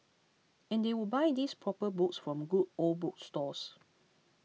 and they would buy these proper books from good old bookstores